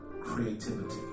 creativity